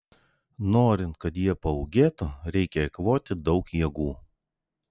norint kad jie paūgėtų reikia eikvoti daug jėgų